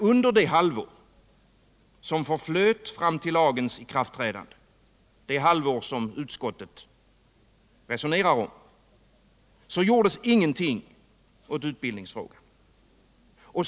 Under det halvår som förflöt fram till lagens ikraftträdande, det halvår som utskottet resonerade om, gjordes ingenting åt utbildningsfrågan.